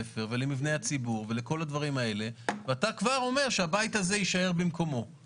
ולכן שככל שיש תוכנית כזו מאושרת